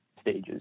stages